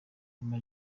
ama